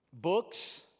Books